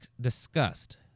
disgust